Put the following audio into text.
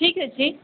ଠିକ୍ ଅଛି